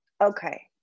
okay